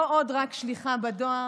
לא עוד רק שליחה בדואר,